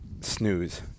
snooze